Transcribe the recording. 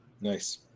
Nice